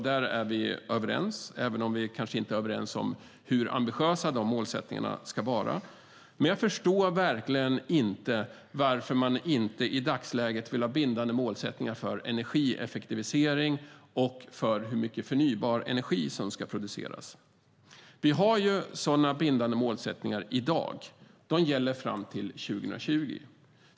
Där är vi överens, även om vi kanske inte är överens om hur ambitiösa målen ska vara. Men jag förstår verkligen inte varför man i dagsläget inte vill ha bindande mål för energieffektivisering och för hur mycket förnybar energi som ska produceras. Vi har sådana bindande mål i dag. Dessa gäller fram till 2020.